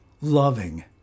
loving